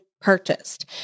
purchased